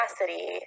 capacity